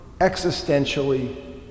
existentially